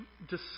discuss